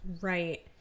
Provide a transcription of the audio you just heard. Right